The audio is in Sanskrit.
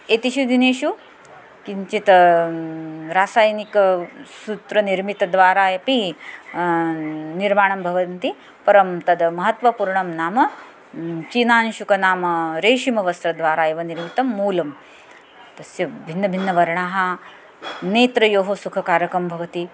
एतेषु दिनेषु किञ्चित् रासायनिकसूत्रनिर्मितिद्वारा अपि निर्माणं भवति परं तद् महत्वपूर्णं नाम चीनायुषुक नाम रेशिमवस्त्रद्वारा एव निर्मितं मूलं तस्य भिन्नभिन्नवर्णाः नेत्रयोः सुखकारकं भवति